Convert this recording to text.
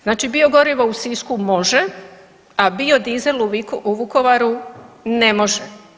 Znači biogorivo u Sisku može, a biodizel u Vukovaru ne može.